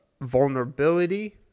vulnerability